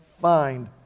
find